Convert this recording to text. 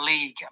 league